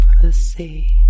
Pussy